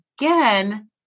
again